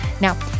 Now